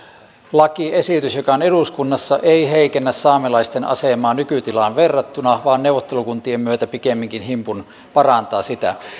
lakiesitys joka on eduskunnassa ei heikennä saamelaisten asemaa nykytilaan verrattuna vaan neuvottelukuntien myötä pikemminkin himpun parantaa sitä